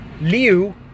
Liu